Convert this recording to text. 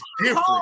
different